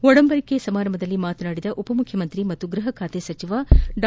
ಒಡಂಬಡಿಕೆ ಸಮಾರಂಭದಲ್ಲಿ ಮಾತನಾಡಿದ ಉಪಮುಖ್ಯಮಂತ್ರಿ ಪಾಗೂ ಗ್ಬಹಖಾತೆ ಸಚಿವ ಡಾ